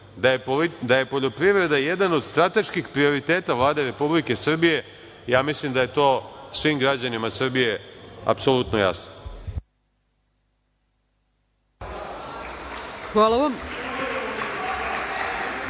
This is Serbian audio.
da je poljoprivreda jedan od strateških prioriteta Vlade Republike Srbije, ja mislim da je to svim građanima Srbije apsolutno jasno.